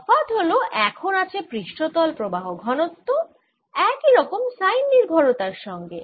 তফাত হল এখন আছে পৃষ্ঠতল প্রবাহ ঘনত্ব একই রকম সাইন নির্ভরতার সঙ্গে